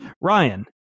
Ryan